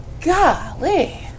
golly